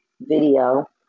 video